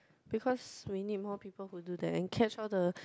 because we need more people to do that and catch all the